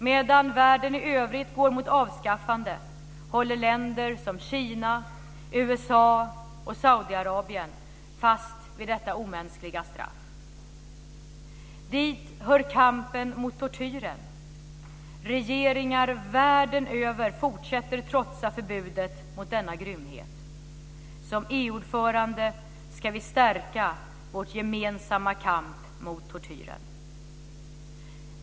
Medan världen i övrigt går mot avskaffande håller länder som Kina, USA och Saudiarabien fast vid detta omänskliga straff. Dit hör kampen mot tortyren. Regeringar världen över fortsätter att trotsa förbudet mot denna grymhet. Som ordförandeland i EU ska vi stärka vår gemensamma kamp mot tortyren.